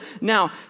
Now